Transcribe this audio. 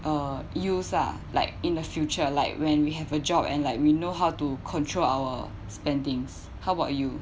uh used ah like in the future like when we have a job and like we know how to control our spendings how about you